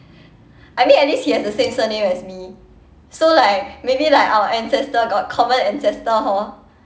I mean at least he has the same surname as me so like maybe like our ancestor got common ancestor hor